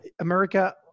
America